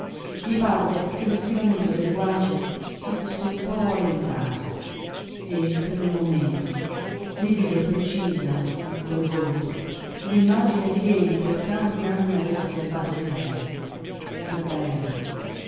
gli parve che lo stiramento delle guance si fosse un po allentato e per un momento rivide precisa in quel volto l'immagine ch'egli per tanti anni aveva serbato di lei era bella